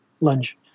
lunge